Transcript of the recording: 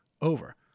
over